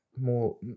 more